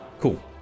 Cool